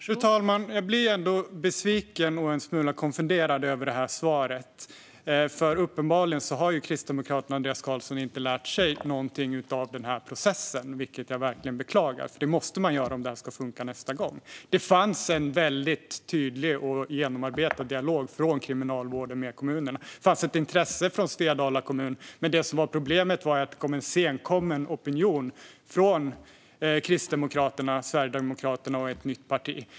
Fru talman! Jag blir besviken och en smula konfunderad över svaret. Uppenbarligen har Kristdemokraterna och Andreas Carlson inte lärt sig någonting av denna process, vilket jag beklagar. Det måste man göra om det här ska funka nästa gång. Det fanns en väldigt tydlig och genomarbetad dialog mellan Kriminalvården och kommunen. Det fanns ett intresse från Svedala kommun. Men problemet som uppstod var en senkommen opinion från Kristdemokraterna, Sverigedemokraterna och ett nytt parti.